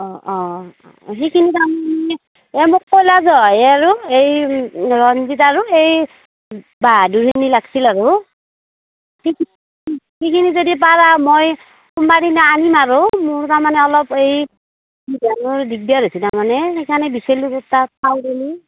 অঁ অঁ সেইখিনি তাৰমানে এই মোক ক'লা জহায়ে আৰু এই ৰঞ্জিত আৰু এই বাহাদুৰখিনি লাগিছিল আৰু সেইখিনি যদি পাৰ মই কোনোবা দিনা আনিম আৰু মোৰ তাৰমানে অলপ এই ধানৰ দিকদাৰ হৈছে তাৰমানে সেই কাৰণে বিছাৰিলোঁ তোৰ তাত পাওঁ বুলি